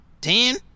Ten